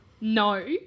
No